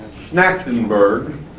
Schnackenberg